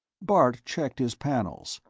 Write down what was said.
bart checked his panels,